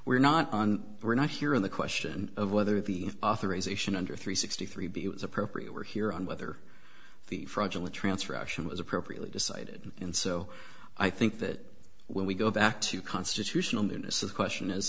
we're not on we're not here in the question of whether the authorization under three sixty three b was appropriate were here on whether the fraudulent transfer action was appropriately decided in so i think that when we go back to constitutional newness the question is